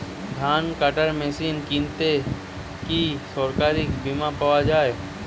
ধান কাটার মেশিন কিনতে কি সরকারী বিমা পাওয়া যায়?